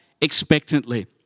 expectantly